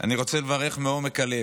אני רוצה לברך מעומק הלב